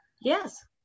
Yes